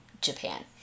Japan